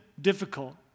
difficult